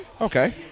okay